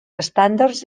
estàndards